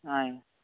ఆయి